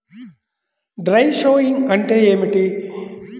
Dry sowing అంటే ఏమిటి?